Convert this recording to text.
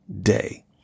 day